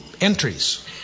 entries